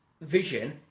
vision